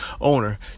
owner